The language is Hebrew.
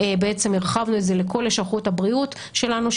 הרחבנו את זה לכל לשכות הבריאות שלנו,